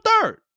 third